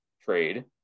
trade